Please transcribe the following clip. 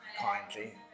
kindly